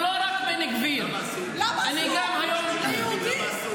הוא מאפשר לבן גביר להיכנס לשם ולעבור על הסטטוס קוו.